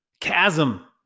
chasm